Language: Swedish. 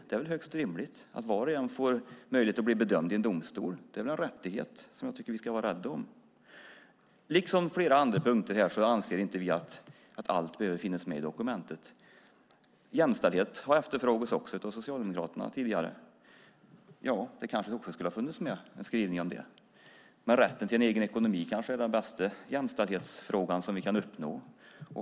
Det är väl högst rimligt att var och en får möjlighet att bli bedömd i en domstol. Det är en rättighet som jag tycker att vi ska vara rädda om. Liksom på flera andra punkter här anser inte vi att allt behöver finnas med i dokumentet. Jämställdhet har efterfrågats av Socialdemokraterna tidigare. Ja, det kanske skulle ha funnits med en skrivning om det också, men rätten till en egen ekonomi kanske är den bästa jämställdshetsfråga som vi kan uppnå.